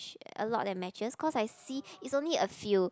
a lot that matches cause I see it's only a few